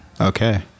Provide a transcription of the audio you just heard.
Okay